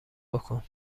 بکن